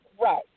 Right